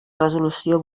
resolució